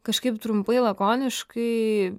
kažkaip trumpai lakoniškai